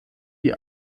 die